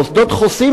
מוסדות חוסים,